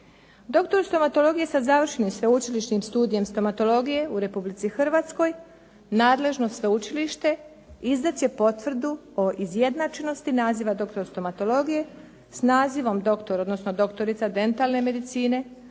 Doktor stomatologije sa završenim sveučilišnim studijem stomatologije u Republic Hrvatskoj nadležno sveučilište izdat će potvrdu o izjednačenosti naziva doktor stomatologije s nazivom doktor odnosno doktorica dentalne medicine